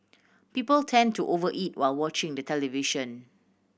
people tend to over eat while watching the television